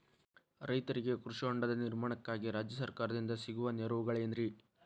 ರೈತರಿಗೆ ಕೃಷಿ ಹೊಂಡದ ನಿರ್ಮಾಣಕ್ಕಾಗಿ ರಾಜ್ಯ ಸರ್ಕಾರದಿಂದ ಸಿಗುವ ನೆರವುಗಳೇನ್ರಿ?